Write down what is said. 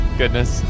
goodness